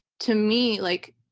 to me, like,